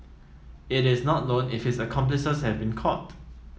it is not known if his accomplices have been caught